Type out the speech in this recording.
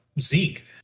Zeke